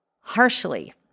harshly